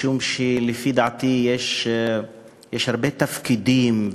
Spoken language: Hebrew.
משום שלפי דעתי יש הרבה תפקידים,